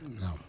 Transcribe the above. No